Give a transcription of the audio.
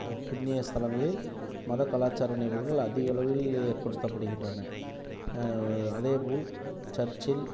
புண்ணிய ஸ்தலங்களில் மத கலாச்சார நிகழ்வுகள் அதிகளவில் ஏற்படுத்தபடுகின்றன அதேப்போல் சர்ச்சில்